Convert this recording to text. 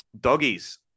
Doggies